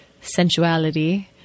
sensuality